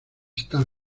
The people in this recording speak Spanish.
están